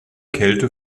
kälte